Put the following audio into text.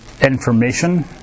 information